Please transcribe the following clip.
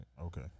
Okay